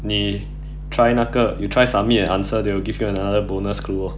你 try 那个 you try submit an answer they will give you another bonus clue lor